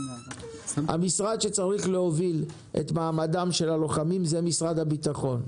המשרד שצריך להוביל את מעמדם של הלוחמים הוא משרד הבטחון.